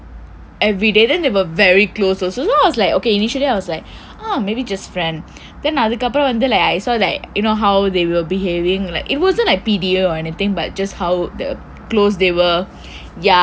everyday then they were very close also so I was like ok initially I was like oh maybe just friend then அதுக்கு அப்புறம் வந்து:athukku appuram vandthu like I saw like you know how they were behaving like it wasn't like P_D_A or anything but just how close they were ya